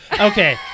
Okay